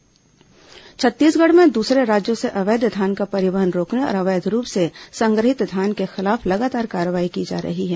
अवैध धान कार्रवाई छत्तीसगढ़ में दूसरे राज्यों से अवैध धान का परिवहन रोकने और अवैध रूप से संग्रहित धान के खिलाफ लगातार कार्रवाई की जा रही है